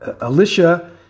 Alicia